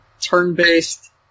turn-based